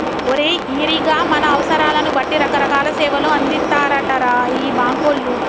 ఓరి ఈరిగా మన అవసరాలను బట్టి రకరకాల సేవలు అందిత్తారటరా ఈ బాంకోళ్లు